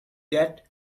that